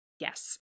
Yes